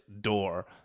door